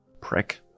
prick